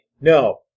No